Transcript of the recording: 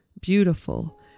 beautiful